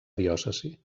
diòcesi